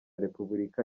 repubulika